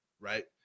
right